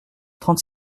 trente